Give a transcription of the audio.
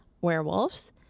Werewolves